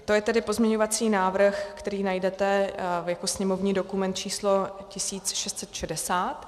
To je tedy pozměňovací návrh, který najdete jako sněmovní dokument číslo 1660.